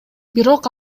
бирок